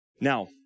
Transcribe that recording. Now